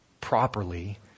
properly